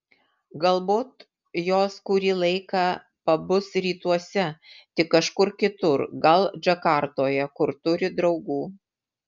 galbūt jos kurį laiką pabus rytuose tik kažkur kitur gal džakartoje kur turi draugų